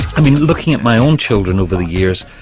i mean looking at my own children over the years,